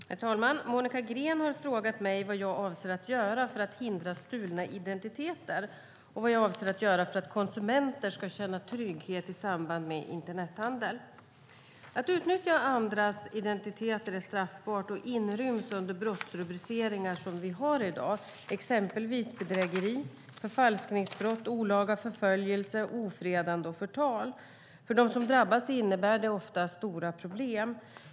Herr talman! Monica Green har frågat mig vad jag avser att göra för att hindra stulna identiteter och vad jag avser att göra för att konsumenter ska känna trygghet i samband med internethandel. Att utnyttja andras identiteter är straffbart och inryms under brottsrubriceringar som vi har i dag, exempelvis bedrägeri, förfalskningsbrott, olaga förföljelse, ofredande och förtal. För dem som drabbas innebär det ofta stora problem.